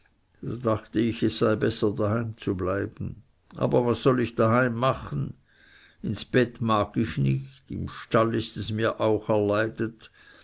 da dachte ich es sei besser daheim zu bleiben aber was soll ich daheim machen ins bett mag ich nicht im stall ist es mir auch erleidet